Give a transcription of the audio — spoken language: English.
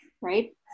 right